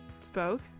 spoke